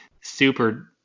super